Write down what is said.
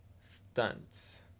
Stunts